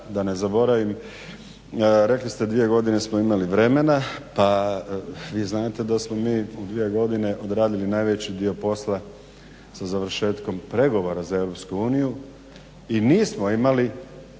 da ne zaboravim rekli ste dvije godine smo imali vremena, pa vi znate da smo mi u dvije godine odradili najveći dio posla sa završetkom pregovora za EU i nismo imali